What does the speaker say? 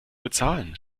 bezahlen